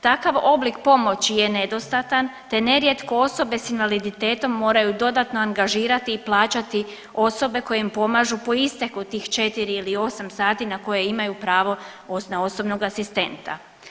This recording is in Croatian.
Takav oblik pomoći je nedostatan te nerijetko osobe s invaliditetom moraju dodatno angažirati i plaćati osobe koje im pomažu po isteku tih četiri ili osam sati na koje imaju pravo na osobnog asistenta.